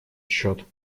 счет